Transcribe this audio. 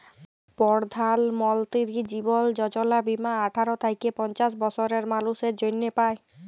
পরধাল মলতিরি জীবল যজলা বীমা আঠার থ্যাইকে পঞ্চাশ বসরের মালুসের জ্যনহে পায়